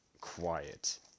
quiet